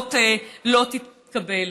הזאת לא תתקבל.